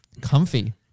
Comfy